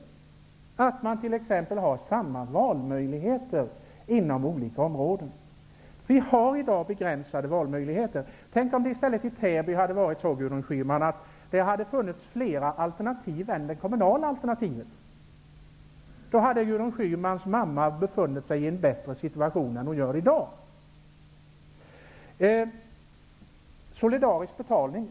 Man skall t.ex. ha samma valmöjligheter inom olika områden. I dag har vi begränsade valmöjligheter. Tänk om det i stället i Täby, Gudrun Schyman, hade funnits flera alternativ än det kommunala. Då hade Gudrun Schymans mamma befunnit sig i en bättre situation än vad hon gör i dag.